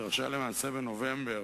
שהתרחשה למעשה בנובמבר,